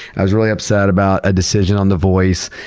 i was really upset about a decision on the voice.